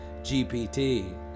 GPT